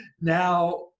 Now